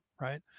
right